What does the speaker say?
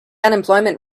unemployment